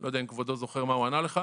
לא יודע אם כבודו זוכר מה הוא ענה לך.